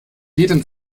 jeden